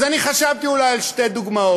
אז אני חשבתי אולי על שתי דוגמאות.